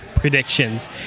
Predictions